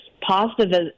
positive